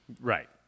right